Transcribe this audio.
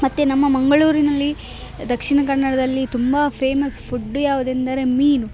ಮತ್ತು ನಮ್ಮ ಮಂಗಳೂರಿನಲ್ಲಿ ದಕ್ಷಿಣ ಕನ್ನಡದಲ್ಲಿ ತುಂಬ ಫೇಮಸ್ ಫುಡ್ಡು ಯಾವುದೆಂದರೆ ಮೀನು